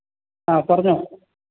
ആ പറഞ്ഞോ